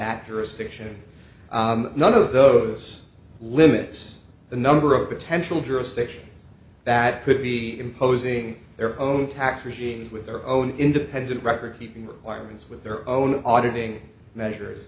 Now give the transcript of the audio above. jurisdiction none of those limits the number of potential jurisdiction that could be imposing their own tax regimes with their own independent record keeping requirements with their own auditing measures